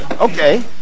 okay